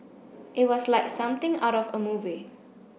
it was like something out of a movie